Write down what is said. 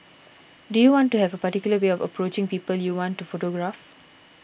do you want to have a particular way of approaching people you want to photograph